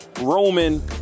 Roman